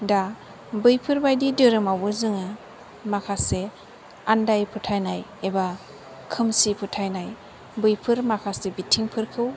दा बैफोर बायदि धोरोमावबो जोङो माखासे आन्दाय फोथायनाय एबा खोमसि फोथायनाय बैफोर माखासे बिथिंफोरखौ